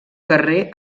guerrer